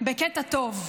בקטע טוב.